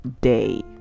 day